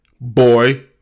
boy